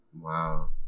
wow